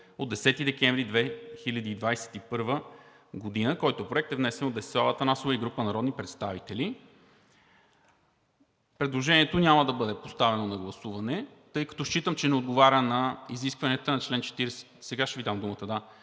от 10 декември 2021 г. Проектът е внесен от Десислава Атанасова и група народни представители. Предложението няма да бъде поставено на гласуване, тъй като считам, че не отговаря на изискванията на чл. 47, ал. 3, а именно да